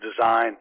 design